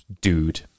dude